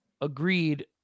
agreed